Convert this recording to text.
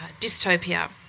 dystopia